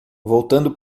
voltando